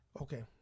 Okay